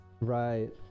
Right